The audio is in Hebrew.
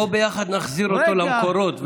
בוא ביחד נחזיר אותו למקורות,